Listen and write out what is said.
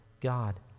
God